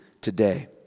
today